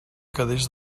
quedés